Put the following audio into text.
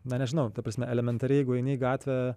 na nežinau ta prasme elementariai jeigu eini gatvę